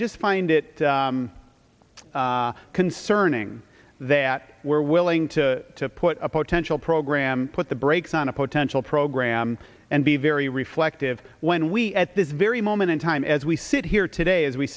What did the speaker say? just find it concerning that we're willing to put a potential program put the brakes on a potential program and be very reflective when we at this very moment in time as we sit here today as we